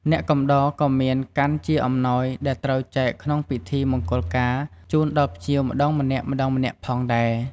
អ្នកកំដរក៏មានកាន់ជាអំណោយដែលត្រូវចែកក្នុងពិធីមង្គលការ ជូនដល់ភ្ញៀវម្តងម្នាក់ៗផងដែរ។